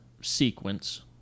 sequence